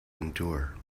endure